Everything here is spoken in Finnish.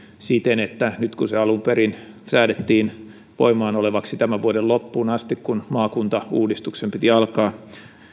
siten että kun se alun perin säädettiin voimassaolevaksi tämän vuoden loppuun asti koska maakuntauudistuksen piti alkaa